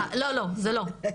לא, זה לא.